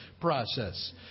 process